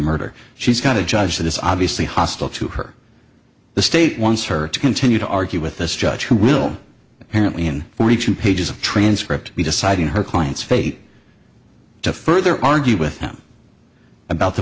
murder she's got a judge that is obviously hostile to her the state wants her to continue to argue with this judge who will apparently in forty two pages of transcript be deciding her client's fate to further argue with him about the